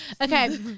okay